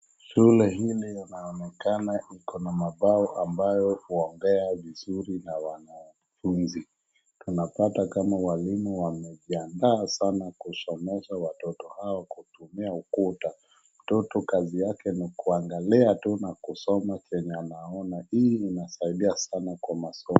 Shule hili linaonekana iko na mabao ambayo ni waombea vizuri na wanafunzi, tunapata kama walimu wamejiandaa sana kusomesha watoto hao kutumia ukuta, mtoto kazi yake ni kuangalia tu na kusoma kenye anaona, hoi inasaidia sana kwa masomo.